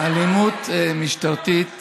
אלימות משטרתית